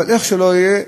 אבל איך שלא יהיה,